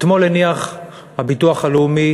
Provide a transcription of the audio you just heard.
אתמול הניח הביטוח הלאומי